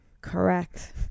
Correct